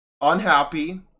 unhappy